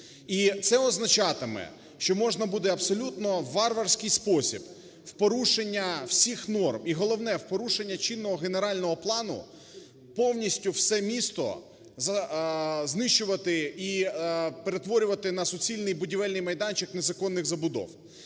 І це означатиме, що можна буде абсолютно у варварський спосіб порушення всіх норм і, головне, порушення чинного генерального плану повністю все місто знищувати і перетворювати на суцільний будівельний майданчик незаконних забудов.